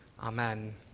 Amen